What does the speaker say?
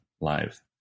live